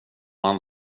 han